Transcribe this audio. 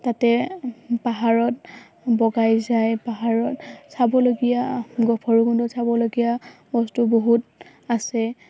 তাতে পাহাৰত বগাই যায় পাহাৰত চাবলগীয়া ভৈৰৱকুণ্ডত চাবলগীয়া বস্তু বহুত আছে